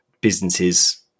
businesses